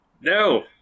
No